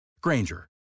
Granger